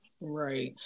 Right